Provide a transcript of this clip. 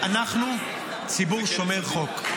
אנחנו ציבור שומר חוק,